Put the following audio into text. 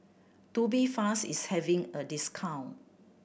Tubifast is having a discount